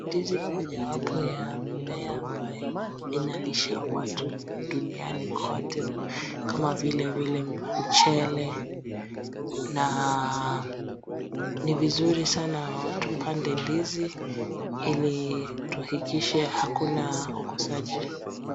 Ndizi ni mojawapo wa mimea ambayo inalisha watu duniani kote kama vile vile mchele. Na ni vizuri sana tupande ndizi ili tuhakikishe hakuna ukosaji.